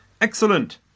Excellent